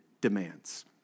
demands